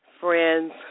friends